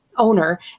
Owner